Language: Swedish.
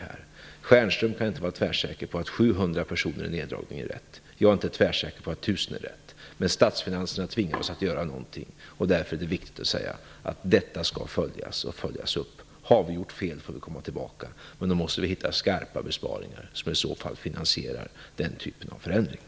Michael Stjernström kan inte vara tvärsäker på att en neddragning med 700 personer är rätt. Jag är inte tvärsäker på att 1 000 är rätt. Men statsfinanserna tvingar oss att göra någonting. Därför är det viktigt att säga att detta skall följas och följas upp. Har vi gjort fel får vi återkomma. Vi måste i så fall finna kraftiga besparingar som finansierar den typen av förändringar.